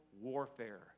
warfare